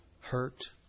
hurt